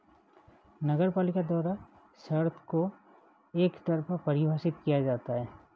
नगरपालिका द्वारा शर्तों को एकतरफा परिभाषित किया जाता है